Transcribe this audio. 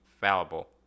fallible